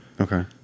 Okay